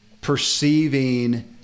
perceiving